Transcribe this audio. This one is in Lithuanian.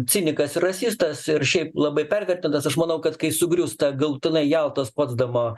cinikasir rasistas ir šiaip labai pervertintas aš manau kad kai sugrius ta galutinai jaltos potsdamo